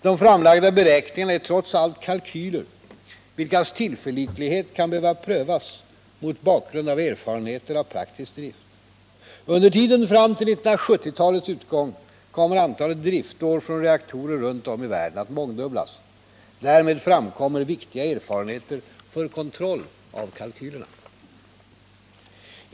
De framlagda beräkningarna är trots allt kalkyler, vilkas tillförlitlighet kan behöva prövas mot bakgrund av erfarenheter av praktisk drift. Under tiden fram till 1970-talets utgång kommer antalet driftår från reaktorer runt om i världen att mångdubblas. Därmed framkommer viktiga erfarenheter för kontroll av kalkylerna.